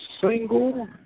single